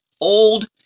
old